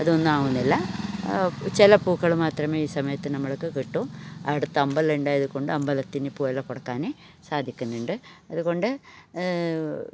അത് ഒന്നാവുന്നില്ല ചില പൂക്കൾ മാത്രമേ ഈ സമയത്തിന് നമ്മൾക്ക് കിട്ടൂ അടുത്ത് അമ്പലമുണ്ടായത് കൊണ്ട് അമ്പലത്തിന് പൂവെല്ലാം കൊടുക്കാൻ സാധിക്കുന്നുണ്ട് അതുകൊണ്ട്